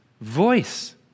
voice